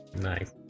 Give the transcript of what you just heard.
nice